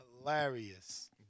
Hilarious